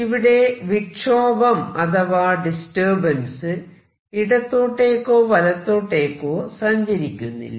ഇവിടെ വിക്ഷോഭം അഥവാ ഡിസ്റ്റർബൻസ് ഇടത്തോട്ടേക്കോ വലത്തോട്ടേക്കോ സഞ്ചരിക്കുന്നില്ല